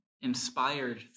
inspired